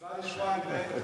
מצווה לשמוע דברי חכמים.